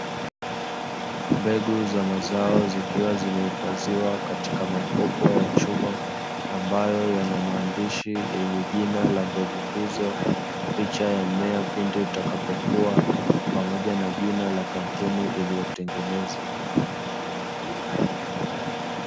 Mbegu za mazao zikiwa zimehifadhiwa katika makopo ya chupa, ambayo yana: maandishi yenye jina la mbegu hizo, picha ya mmea pindi utakapo kua pamoja jina la kampuni iliyotengeneza.